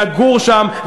לגור שם,